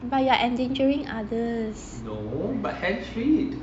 but you are endangering others